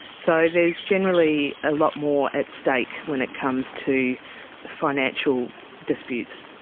so there's generally a lot more at stake when it comes to financial disputes.